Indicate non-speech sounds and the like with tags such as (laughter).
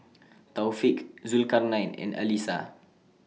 (noise) Taufik Zulkarnain and Alyssa